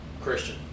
Christian